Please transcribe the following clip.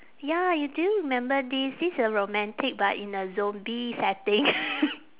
ya you do you remember this this a romantic but in a zombie setting